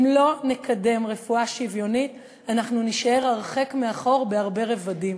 אם לא נקדם רפואה שוויונית אנחנו נישאר הרחק מאחור בהרבה רבדים.